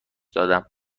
دادم